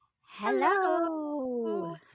Hello